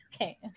Okay